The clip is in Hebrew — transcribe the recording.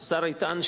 השר איתן,